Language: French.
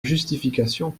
justification